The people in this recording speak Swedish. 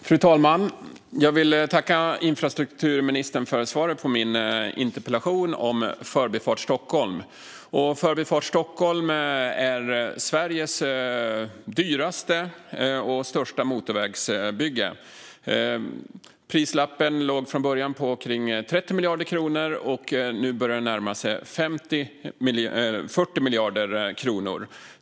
Fru talman! Jag vill tacka infrastrukturministern för svaret på min interpellation om Förbifart Stockholm. Förbifart Stockholm är Sveriges dyraste och största motorvägsbygge. Prislappen låg från början på omkring 30 miljarder kronor. Nu börjar den närma sig 40 miljarder kronor.